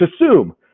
assume